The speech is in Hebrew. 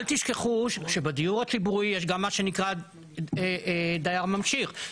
אל תשכחו שבדיור הציבורי יש גם מה שנקרא דייר ממשיך,